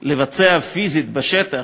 לבצע פיזית בשטח,